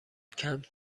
کمپ